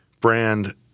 brand